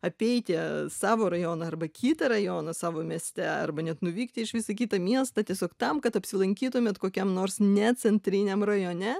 apeiti savo rajoną arba kitą rajoną savo mieste arba net nuvykti išvis į kitą miestą tiesiog tam kad apsilankytumėte kokiam nors necentriniam rajone